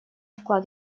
вклад